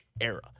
era